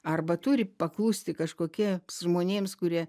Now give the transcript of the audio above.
arba turi paklusti kažkokia žmonėms kurie